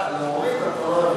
להוריד אתה לא יכול.